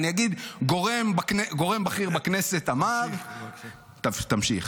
אני אגיד: "גורם בכיר בכנסת אמר" תמשיך,